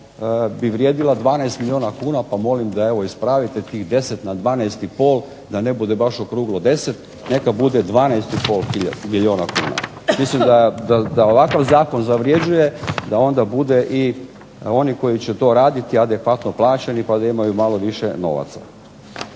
bi vrijedila 12 milijuna kuna, pa molim da evo ispravite tih 10 na 12 i pol, da ne bude baš okruglo 10, neka bude 12 i pol milijuna kuna. Mislim da ovakav zakon zavrjeđuje da onda bude i oni koji će to raditi adekvatno plaćeni, pa da imaju malo više novaca.